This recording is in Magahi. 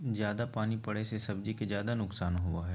जयादा पानी पड़े से सब्जी के ज्यादा नुकसान होबो हइ